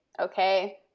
Okay